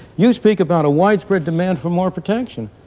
you speak about a widespread demand for more protection,